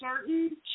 certain